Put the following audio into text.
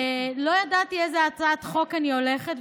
לא ידעתי לאיזו הצעת חוק אני הולכת,